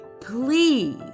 Please